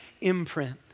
imprint